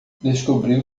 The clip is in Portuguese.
descobriu